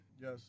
Yes